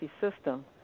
system